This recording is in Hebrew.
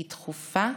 היא דחופה,